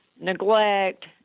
neglect